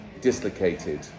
dislocated